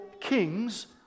kings